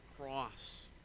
cross